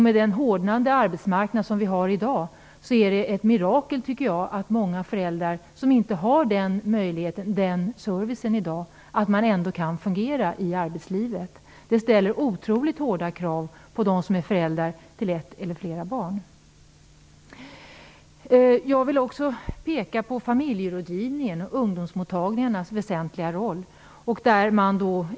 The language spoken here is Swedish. Med den hårdnande arbetsmarknad som vi har i dag tycker jag att det är ett mirakel att många föräldrar som inte har den möjligheten och servicen ändå kan fungera i arbetslivet. Det ställer otroligt hårda krav på dem som är föräldrar till ett eller flera barn. Jag vill också peka på familjerådgivningens och ungdomsmottagningarnas väsentliga roll.